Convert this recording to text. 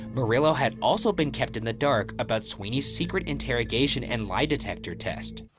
merylo had also been kept in the dark about sweeney's secret interrogation and lie detector test.